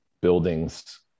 buildings